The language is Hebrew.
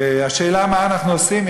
והשאלה מה אנחנו עושים,